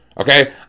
Okay